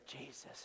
Jesus